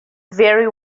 very